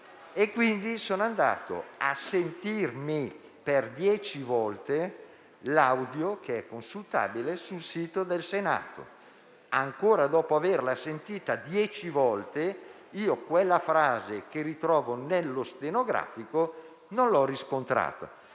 ipoacusia), sono andato a sentirmi per dieci volte l'audio, che è consultabile sul sito del Senato. E ancora dopo averlo sentito dieci volte, quella frase che ritrovo nel resoconto stenografico non l'ho riscontrata.